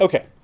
Okay